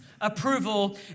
approval